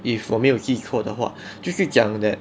if 我没有记错的话就是讲 that